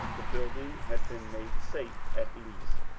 the building had been made safe at least,